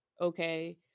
okay